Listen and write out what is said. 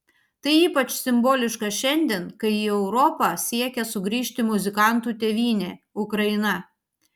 tai ypač simboliška šiandien kai į europą siekia sugrįžti muzikantų tėvynė ukraina